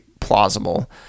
plausible